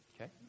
Okay